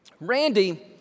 Randy